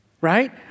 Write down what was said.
right